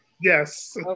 Yes